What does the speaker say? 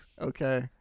Okay